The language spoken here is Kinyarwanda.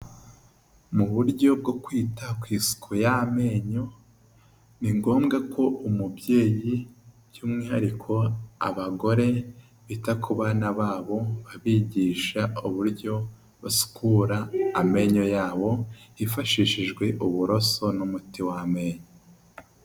Mu buryo bwo kwita kw’isuku y'amenyo ni ngombwa ko umubyeyi, by'umwihariko abagore bita ku bana babo babigisha uburyo basukura amenyo yabo, hifashishijwe uburoso n'umuti w'amenyo.